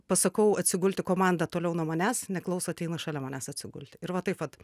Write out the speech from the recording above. pasakau atsigulti komandą toliau nuo manęs neklauso ateina šalia manęs atsigulti ir va taip vat